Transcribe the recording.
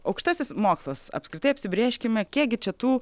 aukštasis mokslas apskritai apsibrėžkime kiekgi čia tų